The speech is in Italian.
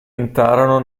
entrarono